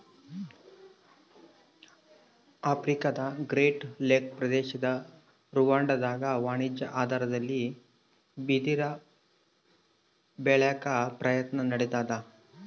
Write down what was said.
ಆಫ್ರಿಕಾದಗ್ರೇಟ್ ಲೇಕ್ ಪ್ರದೇಶದ ರುವಾಂಡಾದಾಗ ವಾಣಿಜ್ಯ ಆಧಾರದಲ್ಲಿ ಬಿದಿರ ಬೆಳ್ಯಾಕ ಪ್ರಯತ್ನ ನಡಿತಾದ